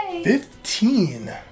Fifteen